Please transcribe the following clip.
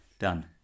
Done